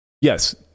yes